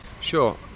Sure